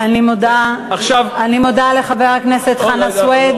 אני מודה לחבר הכנסת חנא סוייד.